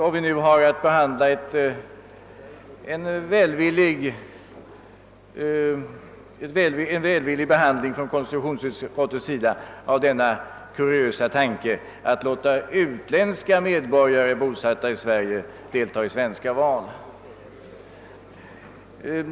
Och nu har vi att behandla ett välvilligt utlåtande från konstitutionsutskottet beträffande denna kuriösa tanke att låta utländska medborgare bosatta i Sverige delta i svenska val.